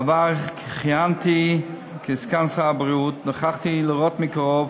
בעבר כיהנתי כסגן שר הבריאות וראיתי מקרוב